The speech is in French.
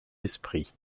esprit